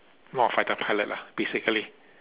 not a fighter pilot lah basically